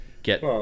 get